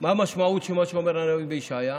מה המשמעות של מה שאומר לנו הנביא ישעיה?